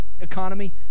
economy